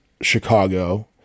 Chicago